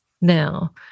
Now